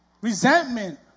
Resentment